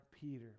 Peter